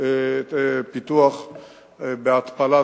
פיתוח התפלה,